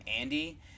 Andy